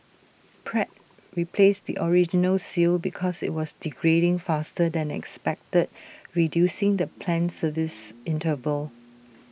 Pratt replaced the original seal because IT was degrading faster than expected reducing the planned service interval